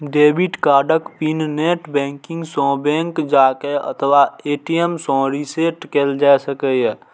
debit कार्डक pin net banking सं, bank जाके अथवा ए.टी.एम सं रीसेट कैल जा सकैए